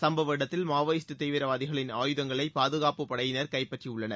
சும்பவ இடத்தில் மாவோயிஸ்டு தீவிரவாதிகளின் ஆயுதங்களை பாதகாப்பு படையினர் கைப்பற்றியுள்ளனர்